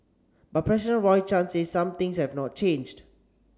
but president Roy Chan says some things have not changed